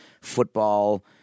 football